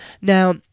Now